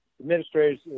administrators